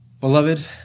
Beloved